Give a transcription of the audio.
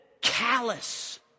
callous